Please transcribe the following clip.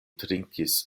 trinkis